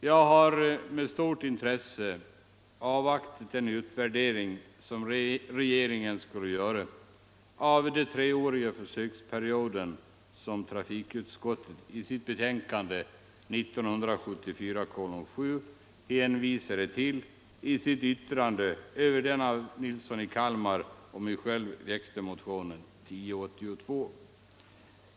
Jag har med stort intresse avvaktat den utvärdering som regeringen skulle göra av den treåriga försöksperiod som trafikutskottet i sitt betänkande 1974:7 hänvisade till i sitt yttrande över den av herr Nilsson i Kalmar och mig väckta motionen 1082.